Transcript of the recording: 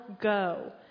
go